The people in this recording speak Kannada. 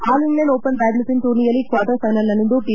ಆಲ್ ಇಂಗ್ಲೆಂಡ್ ಓಪನ್ ಬ್ಲಾಡ್ಡಿಂಟನ್ ಟೂರ್ನಿಯಲ್ಲಿ ಕ್ವಾರ್ಟರ್ ಫೈನಲ್ನಲ್ಲಿಂದು ಪಿ